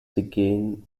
began